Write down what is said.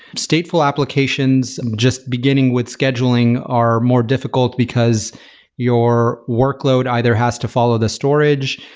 stateful applications just beginning with scheduling are more difficult, because your workload either has to follow the storage,